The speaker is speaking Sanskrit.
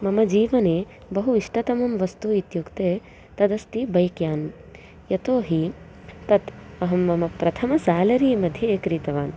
मम जीवने बहु इष्टतमं वस्तु इत्युक्ते तदस्ति बैक्यानं यतो हि तत् अहं मम प्रथमं सालरीमध्ये क्रीतवान्